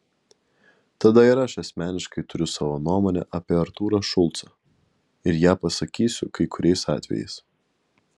tada ir aš asmeniškai turiu savo nuomonę apie artūrą šulcą ir ją pasakysiu kai kuriais atvejais